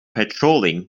patrolling